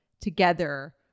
together